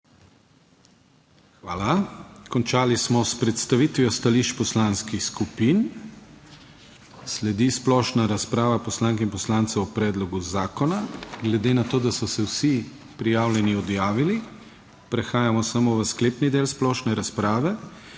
Hvala. Končali smo s predstavitvijo stališč poslanskih skupin. Sledi splošna razprava poslank in poslancev o predlogu zakona. Glede na to, da so se vsi prijavljeni odjavili prehajamo v sklepni del splošne razprave